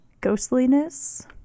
ghostliness